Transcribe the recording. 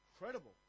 Incredible